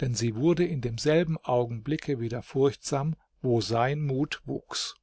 denn sie wurde in demselben augenblicke wieder furchtsam wo sein mut wuchs